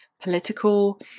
political